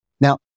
Now